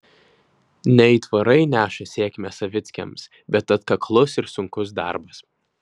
ne aitvarai neša sėkmę savickiams bet atkaklus ir sunkus darbas